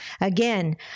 Again